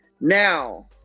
Now